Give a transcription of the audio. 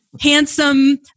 Handsome